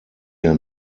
der